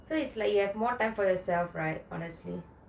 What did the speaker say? so it's like you have more time for yourself right honestly